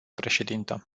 președintă